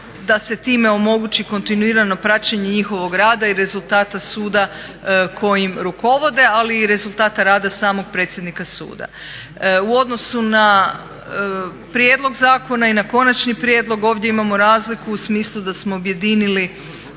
da se time omogući kontinuirano praćenje njihovog rada i rezultata suda kojim rukovode, ali i rezultata rada samog predsjednika suda. U odnosu na prijedlog zakona i na konačni prijedlog ovdje imamo razliku u smislu da smo objedinili